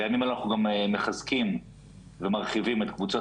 בימים אלה אנחנו גם מחזקים ומרחיבים את קבוצת